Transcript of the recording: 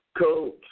Coach